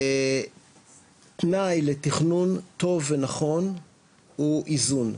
תנאי לתכנון טוב ונכון הוא איזון,